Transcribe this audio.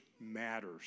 matters